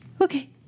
Okay